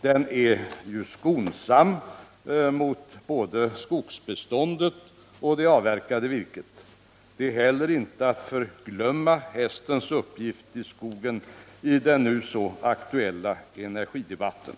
Den är ju skonsam mot både skogsbeståndet och det avverkade virket. Hästens uppgift i skogen är inte heller att förglömma i den nu så aktuella energidebatten.